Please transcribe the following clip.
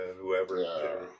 whoever